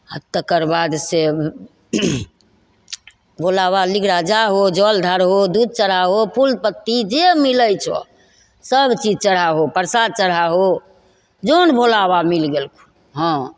आओर तकर बाद से भोलाबाबा लिगराजा हो जल ढारहो दूध चढ़ाहो फूल पत्ती जे मिलै छऽ सबचीज चढ़ाहो परसाद चढ़ाहो जौन भोलाबाबा मिलि गेलखुन हाँ